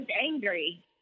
angry